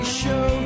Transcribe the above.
show